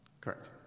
Correct